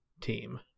team